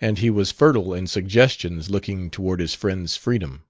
and he was fertile in suggestions looking toward his friend's freedom.